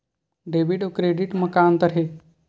Debit अउ credit म का अंतर हे?